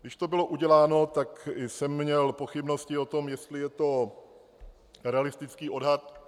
Když to bylo uděláno, tak jsem měl pochybnosti o tom, jestli je to realistický odhad.